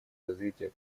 развития